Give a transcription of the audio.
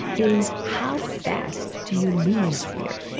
is how fast do you lose fear?